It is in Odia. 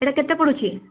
ସେଟା କେତେ ପଡ଼ୁଛି